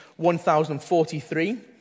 1043